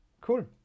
Cool